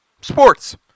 sports